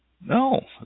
No